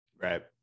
right